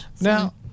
now